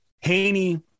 Haney